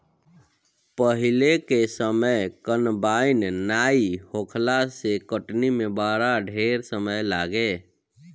पहिले के समय कंबाइन नाइ होखला से कटनी में बड़ा ढेर समय लागे